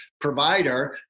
provider